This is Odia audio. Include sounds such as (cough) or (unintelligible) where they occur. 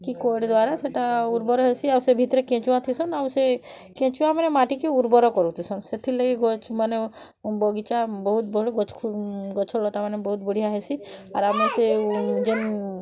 କି କୋଡ଼ି ଦ୍ୱାରା ସେଟା ଉର୍ବର ହେସି ଆଉ ସେ ଭିତରେ କେଞ୍ଚୁଆ ଥିସନ୍ ଆଉ ସେ କେଞ୍ଚୁଆମାନେ ମାଟିକେ ଉର୍ବର କରୁଥିସନ୍ ସେଥିର୍ ଲାଗି ଗଛ୍ମାନେ ବଗିଚା ବହୁତ୍ (unintelligible) ଗଛଲତାମାନେ ବହୁତ୍ ବଢ଼ିଆ ହେସି ଆର୍ ଆମେ ସେ ଯେନ୍